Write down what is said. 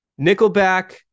Nickelback